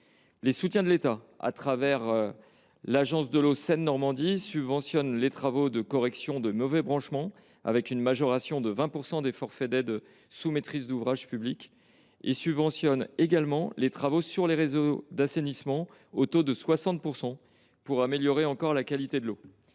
puis à l’aval. L’État, au travers de l’agence de l’eau Seine Normandie, subventionne les travaux de correction de mauvais branchements, avec une majoration de 20 % des forfaits d’aide sous maîtrise d’ouvrage publique. Il subventionne également les travaux sur les réseaux d’assainissement, à 60 %, pour améliorer encore la qualité de l’eau.